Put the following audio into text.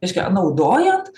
reiškia naudojant